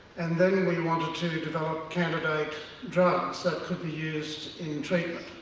and then we wanted to develop candidate drugs that could be used in treatment.